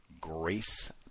grace